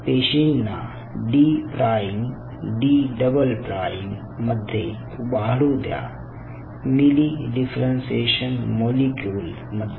पेशींना D prime D double prime मध्ये वाढू द्या मिली डिफरेन्ससेशन मॉलिक्युल मध्ये